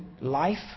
life